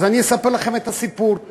אז אני אספר לכם את הסיפור.